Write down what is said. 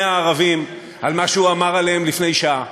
הערבים על מה שהוא אמר עליהם לפני שעה.